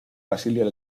basilio